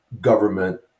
government